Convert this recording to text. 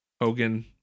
Hogan